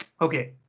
Okay